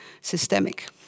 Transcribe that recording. systemic